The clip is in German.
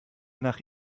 nach